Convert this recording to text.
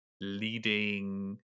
leading